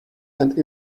and